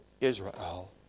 Israel